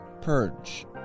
Purge